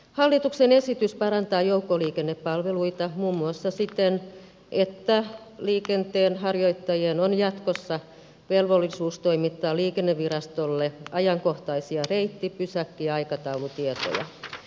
hallituksen esitys parantaa joukkoliikennepalveluita muun muassa siten että liikenteenharjoittajien on jatkossa velvollisuus toimittaa liikennevirastolle ajankohtaisia reitti pysäkki ja aikataulutietoja